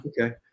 Okay